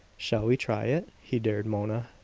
shall we try it? he dared mona.